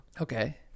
Okay